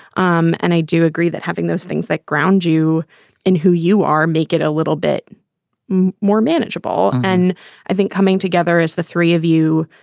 um and i do agree that having those things that ground you in who you are make it a little bit more manageable. and i think coming together as the three of you,